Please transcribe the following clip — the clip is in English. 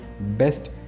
best